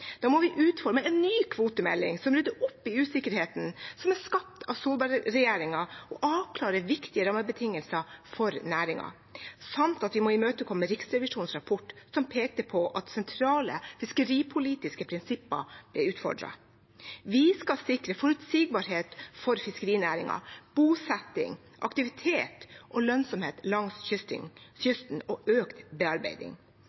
Da må vi utforme en ny kvotemelding som rydder opp i usikkerheten som er skapt av Solberg-regjeringen, og avklare viktige rammebetingelser for næringen, samt at vi må imøtekomme Riksrevisjonens rapport, som pekte på at sentrale fiskeripolitiske prinsipper er utfordret. Vi skal sikre forutsigbarhet for fiskerinæringen, bosetting, aktivitet, økt bearbeiding og lønnsomhet langs